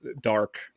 dark